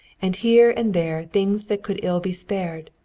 and here and there things that could ill be spared,